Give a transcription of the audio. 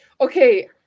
Okay